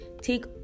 Take